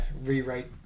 rewrite